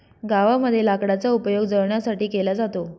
गावामध्ये लाकडाचा उपयोग जळणासाठी केला जातो